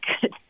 good